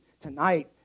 tonight